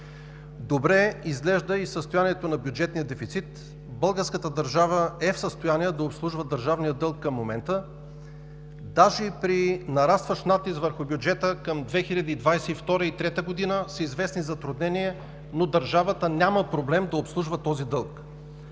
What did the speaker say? Добре изглежда и състоянието на бюджетния дефицит. Българската държава е в състояние да обслужва държавния дълг към момента, даже и при нарастващ натиск върху бюджета към 2022 – 2023 г. с известни затруднения, но държавата няма проблем да обслужва този дълг.